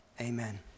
amen